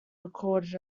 recorded